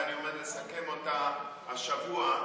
ואני עומד לסכם אותה השבוע.